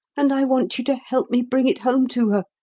and i want you to help me bring it home to her.